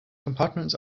compartments